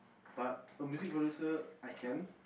but the music producer I can